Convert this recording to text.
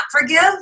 forgive